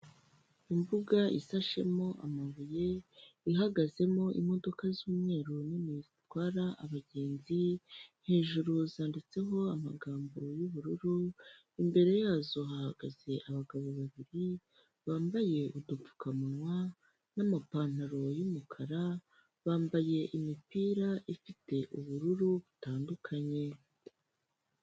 Imbuga isashemo amabuye, ihagazemo imodoka z'umweruru nini zitwara abagenzi, hejuru zanditseho amagambo y'ubururu, imbere yazo hahagaze abagabo babiri ,bambaye udupfukamunwa, n'amapantaro y'umukara, bambaye imipira ifite ubururu butandukanye.